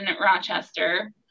Rochester